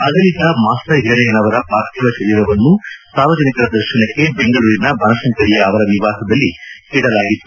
ಆಗಲಿದ master ಹಿರಣ್ಣಯ್ಥನವರ ಪ್ರಾರ್ಥಿವ ಶರೀರವನ್ನು ಸಾರ್ವಜನಿಕರ ದರ್ಶನಕ್ಕೆ ಬೆಂಗಳೂರಿನ ಬನಶಂಕರಿಯ ಅವರ ನಿವಾಸದಲ್ಲಿ ಅನುವು ಮಾಡಿಕೊಡಲಾಗಿತ್ತು